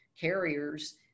carriers